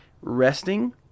resting